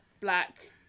black